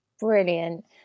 brilliant